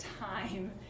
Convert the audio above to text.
time